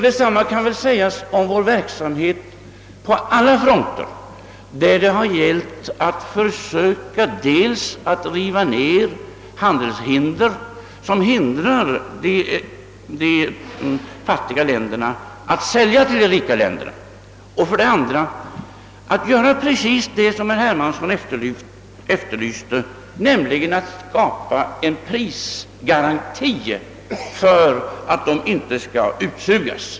Detsamma kan sägas om vår verksamhet på alla fronter där det gällt dels att försöka riva ned handelsbarriärer som hindrar de fattiga länderna att sälja till de rika, dels att göra precis vad herr Hermansson efterlyste, nämligen att med hjälp av prisgarantien se till att dessa länder inte skall utsugas.